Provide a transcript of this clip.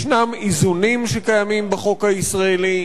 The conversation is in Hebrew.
יש איזונים שקיימים בחוק הישראלי,